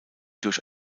durch